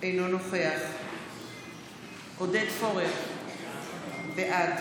אינו נוכח עודד פורר, בעד